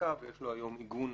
בפסיקה ויש לו היום עיגון